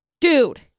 dude